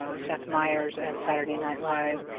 ah seth meyers and saturday night live.